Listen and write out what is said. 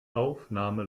aufnahme